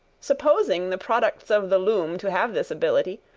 supposing the products of the loom to have this ability,